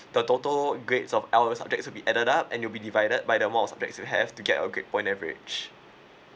the total grade of our subject to be added up and you'll be divided by the amount of subjects you have to get a grade point average